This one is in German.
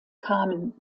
kamen